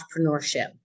entrepreneurship